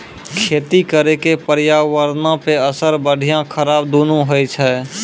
खेती करे के पर्यावरणो पे असर बढ़िया खराब दुनू होय छै